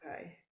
okay